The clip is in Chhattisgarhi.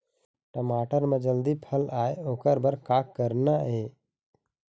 टमाटर म जल्दी फल आय ओकर बर का करना ये?